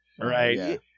Right